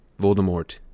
Voldemort